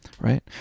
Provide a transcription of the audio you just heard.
right